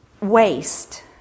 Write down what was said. waste